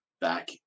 back